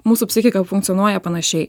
mūsų psichika funkcionuoja panašiai